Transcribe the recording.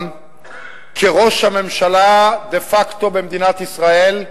כראש הממשלה דה-פקטו במדינת ישראל.